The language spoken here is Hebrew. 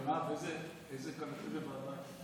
מרב, איזו ועדה?